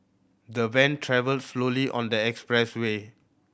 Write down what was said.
the van travelled slowly on the expressway